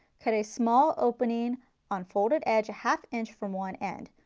cut a small opening on folded edge, a half inch from one end.